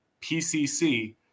PCC